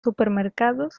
supermercados